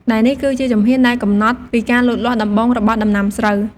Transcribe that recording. ដែលនេះគឺជាជំហានដែលកំណត់ពីការលូតលាស់ដំបូងរបស់ដំណាំស្រូវ។